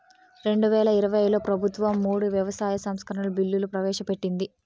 రెండువేల ఇరవైలో ప్రభుత్వం మూడు వ్యవసాయ సంస్కరణల బిల్లులు ప్రవేశపెట్టింది